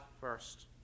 first